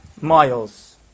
miles